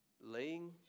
laying